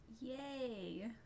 Yay